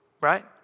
right